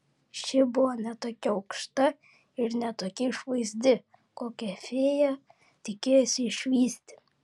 ši buvo ne tokia aukšta ir ne tokia išvaizdi kokią fėja tikėjosi išvysti